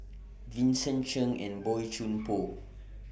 Vincent Cheng and Boey Chuan Poh